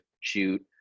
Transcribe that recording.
shoot